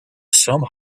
some